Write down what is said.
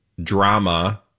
drama